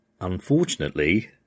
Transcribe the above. Unfortunately